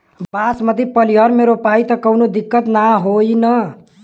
बासमती पलिहर में रोपाई त कवनो दिक्कत ना होई न?